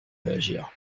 réagir